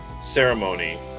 ceremony